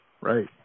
right